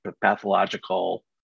pathological